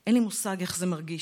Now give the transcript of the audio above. אין לי מושג איך זה מרגיש.